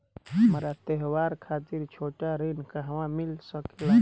हमरा त्योहार खातिर छोटा ऋण कहवा मिल सकेला?